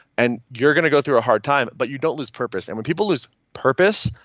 and you're going to go through a hard time, but you don't lose purpose. and when people lose purpose,